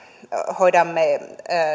hoidamme